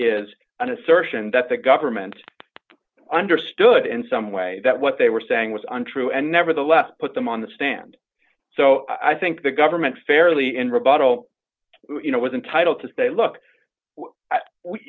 assertion that the government understood in some way that what they were saying was untrue and nevertheless put them on the stand so i think the government fairly in rebuttal you know was entitled to say look we